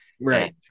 right